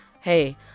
Hey